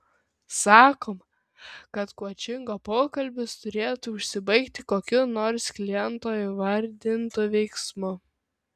sakoma kad koučingo pokalbis turėtų užsibaigti kokiu nors kliento įvardintu veiksmu